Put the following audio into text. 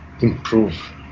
improve